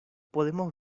podemos